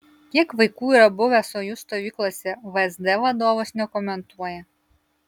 kiek vaikų yra buvę sojuz stovyklose vsd vadovas nekomentuoja